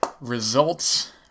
Results